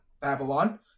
Babylon